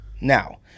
Now